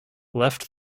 left